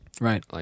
Right